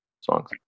songs